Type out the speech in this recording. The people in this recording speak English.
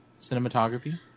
Cinematography